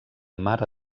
mare